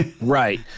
Right